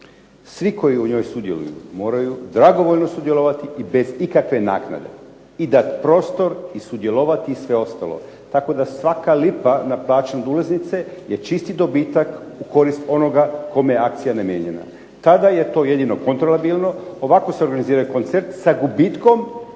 svi u koji u njoj sudjeluju moraju dragovoljno sudjelovati i bez ikakve naknade, i dati prostor i sudjelovati i sve ostalo, tako da svaka lipa naplaćena od ulaznice je čisti dobitak u korist onoga kome je akcija namijenjena. Kada je to jedino …/Ne razumije se./…, ovako se organizaciju koncert sa gubitkom,